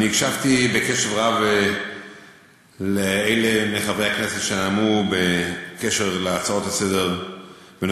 אני הקשבתי בקשב רב לאלה מחברי הכנסת שנאמו בקשר להצעות לסדר-היום